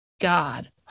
God